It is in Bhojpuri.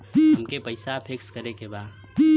अमके पैसा फिक्स करे के बा?